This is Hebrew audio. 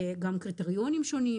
גם קריטריונים שונים,